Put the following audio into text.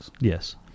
Yes